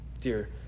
dear